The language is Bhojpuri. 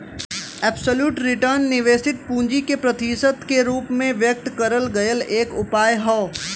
अब्सोल्युट रिटर्न निवेशित पूंजी के प्रतिशत के रूप में व्यक्त करल गयल एक उपाय हौ